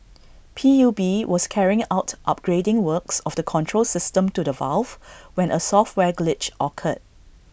P U B was carrying out upgrading works of the control system to the valve when A software glitch occurred